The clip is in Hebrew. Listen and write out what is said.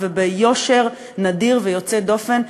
ביושר נדיר ויוצא דופן,